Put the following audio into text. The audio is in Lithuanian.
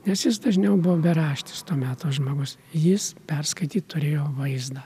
nes jis dažniau buvo beraštis to meto žmogus jis perskaityt turėjo vaizdą